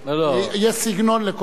יש סגנון לכל בן-אדם.